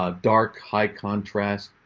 ah dark high contrast.